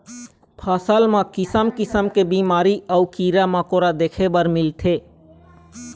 फसल म किसम किसम के बिमारी अउ कीरा मकोरा देखे बर मिलथे